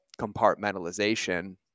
compartmentalization